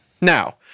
Now